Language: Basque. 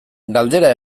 galdera